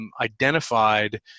identified